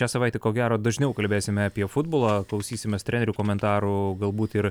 šią savaitę ko gero dažniau kalbėsime apie futbolą klausysimės trenerių komentarų galbūt ir